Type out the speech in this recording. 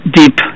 deep